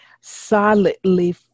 solidly